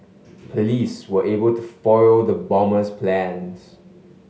police were able to foil the bomber's plans